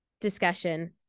discussion